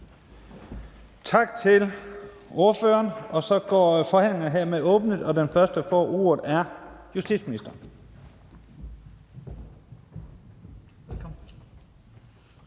Tak til ordføreren. Forhandlingen er hermed åbnet, og den første, der får ordet, er justitsministeren.